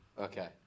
Okay